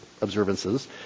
observances